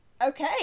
Okay